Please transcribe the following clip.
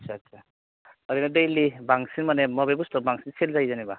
आत्सा आत्सा ओरैनो दैलि बांसिन माने बबे बुस्थुआ बांसिन सेल जायो जेनेबा